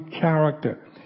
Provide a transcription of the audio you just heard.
character